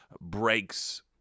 breaks